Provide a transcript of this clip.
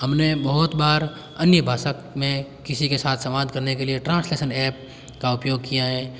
हमने बहुत बार अन्य भाषा में किसी के साथ संवाद करने के लिए ट्रैन्स्लैशन एप का उपयोग किया है